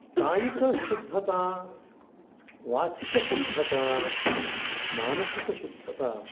कायिकशुद्धता वाचिकशुद्धता मानसिकशुद्धता